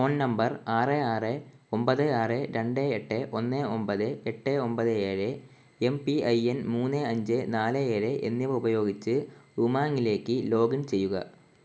phone number ആറ് ആറ് ഒൻപത് ആറ് രണ്ട് എട്ട് ഒന്ന് ഒൻപത് എട്ട് ഒൻപത് ഏഴ് എം പി ഐ എന് മൂന്ന് അഞ്ച് നാല് ഏഴ് എന്നിവ ഉപയോഗിച്ച് ഉമാങ്ങിലേക്ക് ലോഗിൻ ചെയ്യുക